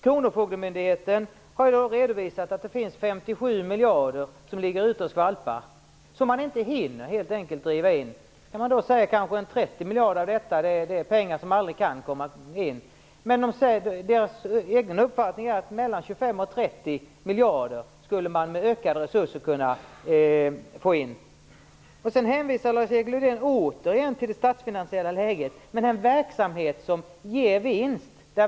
Kronofogdemyndigheterna har redovisat att 57 miljarder ligger ute och skvalpar. Det är pengar som man helt enkelt inte hinner driva in. 30 miljarder av detta är pengar som kanske aldrig kan komma in. Men kronofogdemyndigheternas egen uppfattning är att man med ökade resurser skulle kunna få in mellan 25 Lars-Erik Lövdén hänvisar återigen till det statsfinansiella läget. Men detta är en verksamhet som ger vinst.